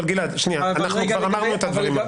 כבר אמרנו את הדברים האלה.